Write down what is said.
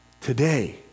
today